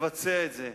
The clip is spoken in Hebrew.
לבצע את זה.